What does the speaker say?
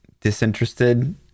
disinterested